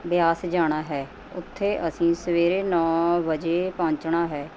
ਬਿਆਸ ਜਾਣਾ ਹੈ ਉੱਥੇ ਅਸੀਂ ਸਵੇਰੇ ਨੌਂ ਵਜੇ ਪਹੁੰਚਣਾ ਹੈ